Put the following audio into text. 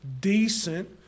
decent